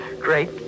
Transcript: Great